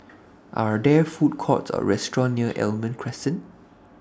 Are There Food Courts Or Restaurant near Almond Crescent